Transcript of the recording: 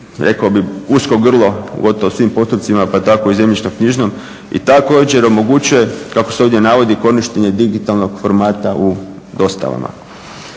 rekao bih usko grlo u gotovo svim postupcima pa tako i zemljišno-knjižnom i također omogućuju kako se ovdje navodi korištenje digitalnog formata u dostavama.